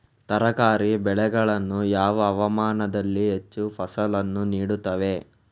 ತರಕಾರಿ ಬೆಳೆಗಳು ಯಾವ ಹವಾಮಾನದಲ್ಲಿ ಹೆಚ್ಚು ಫಸಲನ್ನು ನೀಡುತ್ತವೆ?